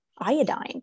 Iodine